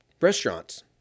restaurants